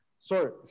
Sorry